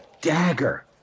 dagger